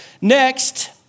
Next